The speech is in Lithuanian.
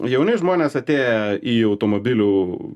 jauni žmonės atėję į automobilių